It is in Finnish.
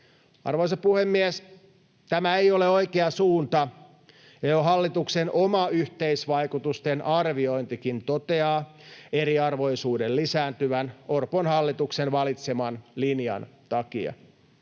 Arvoisa puhemies! Tämä ei ole oikea suunta, ja jo hallituksen oma yhteisvaikutusten arviointikin toteaa eriarvoisuuden lisääntyvän Orpon hallituksen valitseman linjan takia.